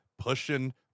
pushing